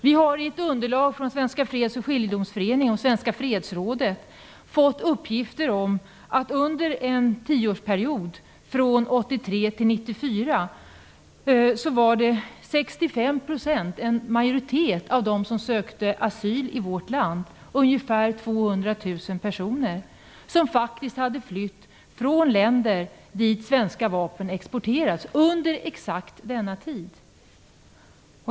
Vi har i ett underlag från Svenska freds och skiljedomsföreningen och Svenska fredsrådet fått uppgifter om att det under tioårsperioden 1983-1994 var en majoritet - 65 %, dvs. ungefär 200 000 personer - av dem som sökte asyl i vårt land som faktiskt hade flytt från länder dit svenska vapen exporterades under just denna tid.